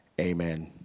Amen